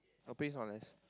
her place not nice